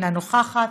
אינה נוכחת,